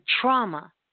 trauma